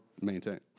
maintain